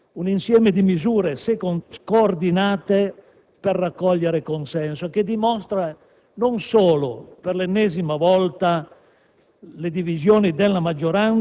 Che vi siano delle previsioni di spesa non coperte con chiarezza lo dicono in tanti. Dunque, veramente una finanziaria tra le peggiori.